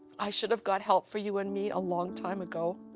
i should have got help for you and me a long time ago.